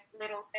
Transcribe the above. little